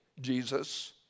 Jesus